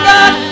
God